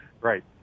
Right